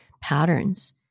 patterns